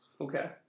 Okay